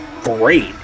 great